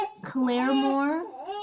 Claremore